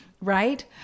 Right